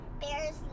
bears